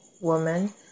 woman